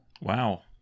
Wow